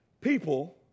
People